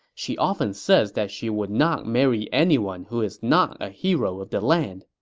she often says that she would not marry anyone who is not a hero of the land.